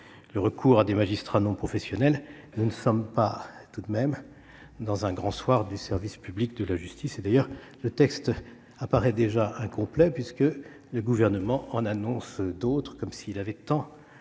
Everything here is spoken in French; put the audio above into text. le recours à des magistrats non professionnels, nous ne sommes tout de même pas dans un Grand Soir du service public de la justice. D'ailleurs, le texte paraît déjà incomplet, puisque le Gouvernement en annonce d'autres, comme s'il avait tant